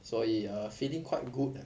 所以 err feeling quite good ah